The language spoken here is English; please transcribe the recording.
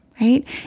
right